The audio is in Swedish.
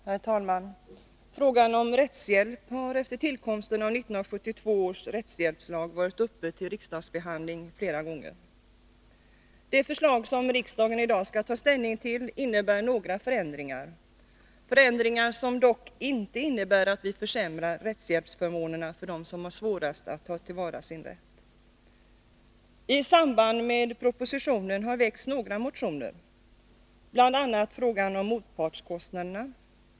Herr talman! Frågan om rättshjälp har efter tillkomsten av 1972 års rättshjälpslag varit uppe till riksdagsbehandling flera gånger. Det förslag som riksdagen i dag skall ta ställning till innebär några förändringar, som dock inte försämrar rättshjälpsförmånerna för dem som har svårast att bevaka sin rätt. I samband med propositionen har några motioner väckts, bl.a. om motpartskostnaderna.